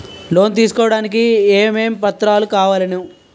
Loan తీసుకోడానికి ఏమేం పత్రాలు కావలెను?